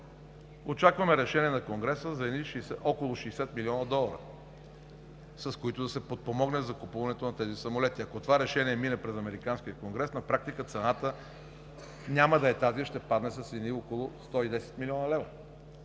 очакваме решение на Конгреса за около 60 млн. долара, с които да се подпомогне закупуването на тези самолети. Ако това решение мине през американския Конгрес, на практика цената няма да е тази, а ще падне с около 110 млн. лв.